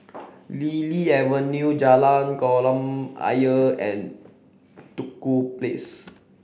Lily Avenue Jalan Kolam Ayer and Duku Place